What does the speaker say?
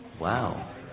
Wow